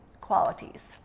qualities